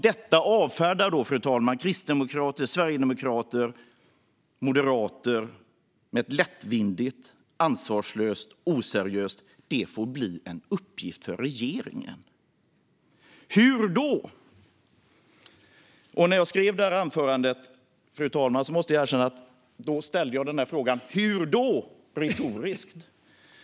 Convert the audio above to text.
Detta, fru talman, avfärdar kristdemokrater, sverigedemokrater och moderater med ett lättvindigt, ansvarslöst och oseriöst "det får bli en uppgift för regeringen". Hur då? När jag skrev det här anförandet, fru talman, måste jag erkänna att jag ställde frågan "hur då?" retoriskt.